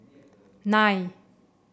nine